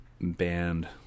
band